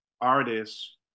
artists